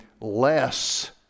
less